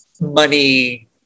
money